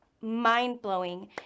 mind-blowing